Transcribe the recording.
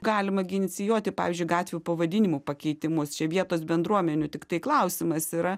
galima gi inicijuoti pavyzdžiui gatvių pavadinimų pakeitimus čia vietos bendruomenių tiktai klausimas yra